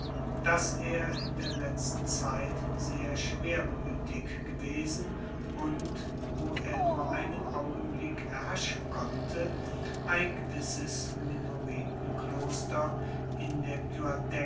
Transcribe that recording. daß er in der letzten zeit sehr schwermütig gewesen und wo er nur einen augenblick erhaschen konnte ein gewisses minoritenkloster in der